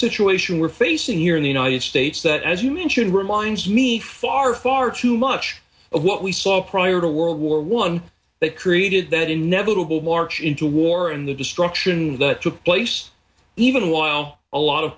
situation we're facing here in the united states that as you mentioned reminds me far far too much of what we saw prior to world war one that created that inevitable march into war and the destruction that took place even while a lot of